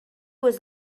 was